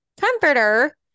comforter